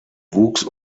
wuchs